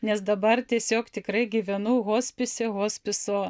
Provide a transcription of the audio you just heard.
nes dabar tiesiog tikrai gyvenu hospise vos viso